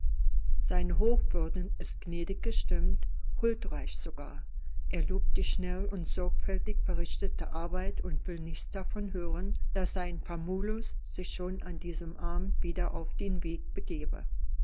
seine hochwürden ist gnädig gestimmt huldreich sogar er lobt die schnell und sorgfältig verrichtete arbeit und will nichts davon hören daß sein famulus sich schon an diesem abend wieder auf den weg begebe